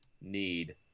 need